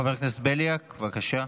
חבר הכנסת בליאק, בבקשה.